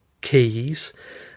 keys